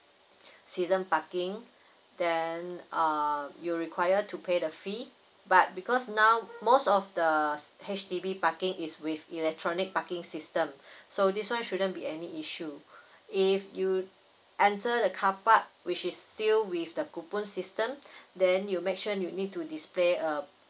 season parking then err you require to pay the fees but because now most of the H_D_B parking is with electronic parking system so this one shouldn't be any issue if you enter the car park which is still with the coupon system then you make sure you need to display a